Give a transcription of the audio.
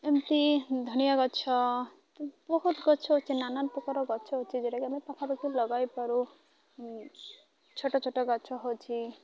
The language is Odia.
ଏମିତି ଧନିଆ ଗଛ ବହୁତ ଗଛ ଅଛି ନାନା ପ୍ରକାର ଗଛ ଅଛି ଯେଉଁଟାକି ଆମେ ପାଖାପାଖି ଲଗାଇପାରୁ ଛୋଟଛୋଟ ଗଛ ହେଉଛି